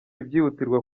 ibyihutirwa